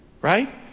Right